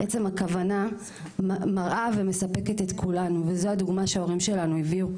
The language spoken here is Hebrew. עצם הכוונה מראה ומספקת את כולנו וזו הדוגמה שההורים שלנו הביאו.